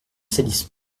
salisse